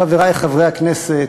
חברי חברי הכנסת,